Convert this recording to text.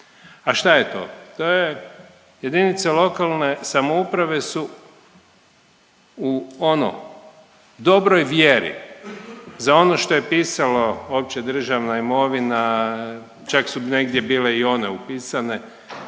A šta je to? To je, jedinice lokalne samouprave su u ono, dobroj vjeri za ono što je pisalo uopće, Državna imovina, čak su negdje bile i one upisane,